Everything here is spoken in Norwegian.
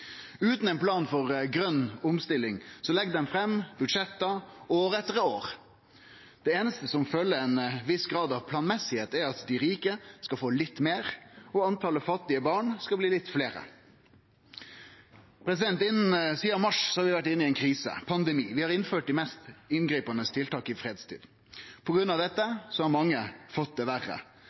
Utan ein plan for grøn omstilling legg dei fram budsjett år etter år. Det einaste som følgjer ein viss grad av planmessigheit, er at dei rike skal få litt meir, og at talet på fattige barn skal bli litt høgare. Sidan mars har vi vore inne i ei krise, ein pandemi. Vi har innført dei mest inngripande tiltaka i fredstid. På grunn av dette har mange fått det verre.